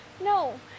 No